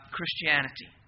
Christianity